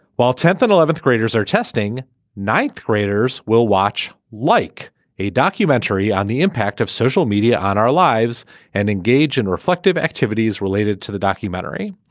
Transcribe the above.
while tenth and eleventh graders are testing ninth graders will watch like a documentary on the impact of social media on our lives and engage in reflective activities related to the documentary.